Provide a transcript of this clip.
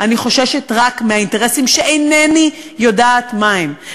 אני חוששת רק מהאינטרסים שאינני יודעת מה הם.